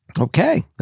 Okay